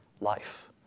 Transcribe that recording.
life